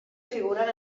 figuren